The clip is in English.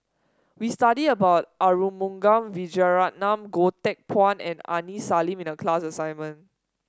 we studied about Arumugam Vijiaratnam Goh Teck Phuan and Aini Salim in the class assignment